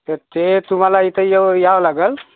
तर ते तुम्हाला इथे ये यावं लागेल